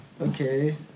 okay